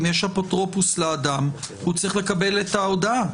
אם יש אפוטרופוס לאדם הוא צריך לקבל את ההודעה.